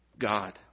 God